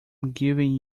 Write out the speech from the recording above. giving